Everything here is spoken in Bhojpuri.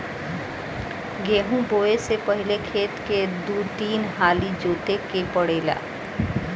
गेंहू बोऐ से पहिले खेत के दू तीन हाली जोते के पड़ेला